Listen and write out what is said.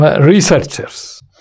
researchers